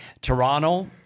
Toronto